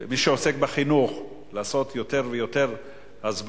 מי שעוסק בחינוך, לעשות יותר ויותר הסברה.